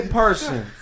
person